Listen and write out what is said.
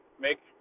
Make